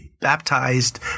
baptized